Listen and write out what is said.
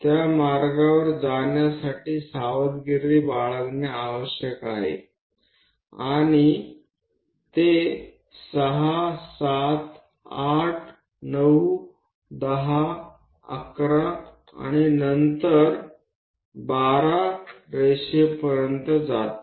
त्या मार्गावर जाण्यासाठी सावधगिरी बाळगणे आवश्यक आहे आणि ते 6 7 8 9 10 11 आणि नंतर 12 रेषेपर्यंत जाते